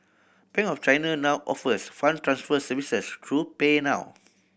Bank of China now offers funds transfer services through PayNow